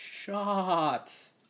Shots